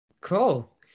Cool